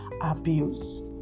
abuse